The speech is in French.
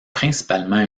principalement